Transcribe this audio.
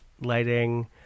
lighting